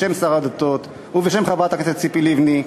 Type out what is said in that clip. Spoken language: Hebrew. בשם שר הדתות ובשם חברת הכנסת ציפי לבני,